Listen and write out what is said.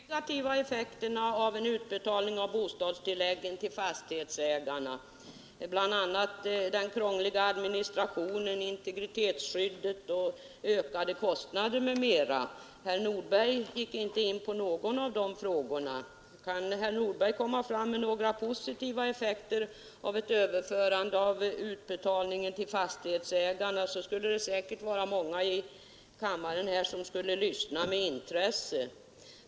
Herr talman! Jag tog upp de negativa effekterna av en utbetalning av bostadstilläggen till fastighetsägarna, bl.a. den krångliga administrationen, det bristfälliga integritetsskyddet, ökade kostnader m.m. Herr Nordberg gick inte in på någon av dessa frågor. Kan herr Nordberg ange några positiva effekter av ett överförande av utbetalningarna till fastighetsägarna, skulle säkerligen många här i kammaren lyssna med intresse.